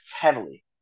heavily